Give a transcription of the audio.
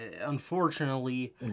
Unfortunately